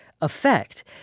effect